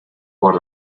por